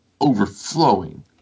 overflowing